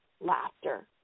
laughter